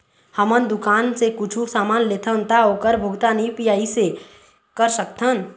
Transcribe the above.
हमन दुकान से कुछू समान लेथन ता ओकर भुगतान यू.पी.आई से कर सकथन?